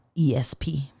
ESP